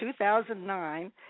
2009